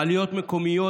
בעליות מקומיות,